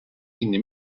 kinni